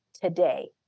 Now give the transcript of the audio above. today